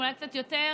אולי קצת יותר,